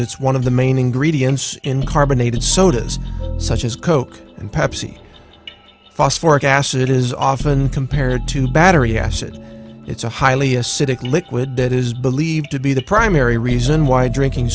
it's one of the main ingredients in carbonated sodas such as coke and pepsi phosphoric acid is often compared to battery acid it's a highly acidic liquid that is believed to be the primary reason why drinking